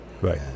right